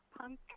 punk